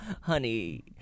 honey